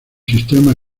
sistema